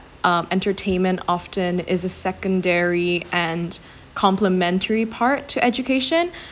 um entertainment often is a secondary and complimentary part to education